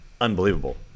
unbelievable